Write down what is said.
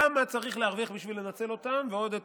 כמה צריך להרוויח בשביל לנצל אותן ועוד את